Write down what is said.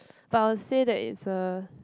but I'll say that it's a